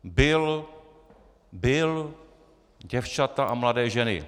Bil. Bil děvčata a mladé ženy.